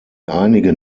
einigen